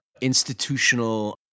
institutional